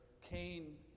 Cain